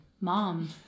mom